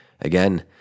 again